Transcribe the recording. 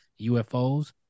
UFOs